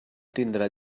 tindrà